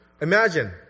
Imagine